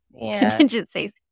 contingencies